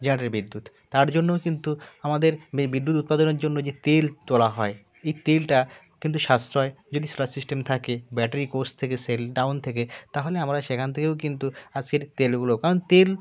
generator বিদ্যুৎ তার জন্য কিন্তু আমাদের এই বিদ্যুৎ উৎপাদনের জন্য যে তেল তোলা হয় এই তেলটা কিন্তু সাশ্রয় যদি সোলার সিস্টেম থাকে ব্যাটারি কোষ থেকে সেল ডাউন থেকে তাহলে আমাদের সেখান থেকেও কিন্তু আজকের তেলগুলো কারণ তেল